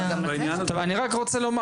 אני רוצה לומר